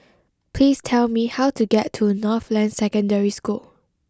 please tell me how to get to Northland Secondary School